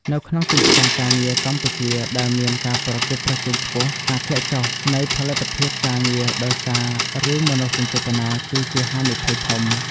នៅក្នុងទីផ្សារការងារកម្ពុជាដែលមានការប្រកួតប្រជែងខ្ពស់ ការធ្លាក់ចុះនៃផលិតភាពការងារដោយសាររឿងមនោសញ្ចេតនា គឺជាហានិភ័យធំ។